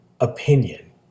opinion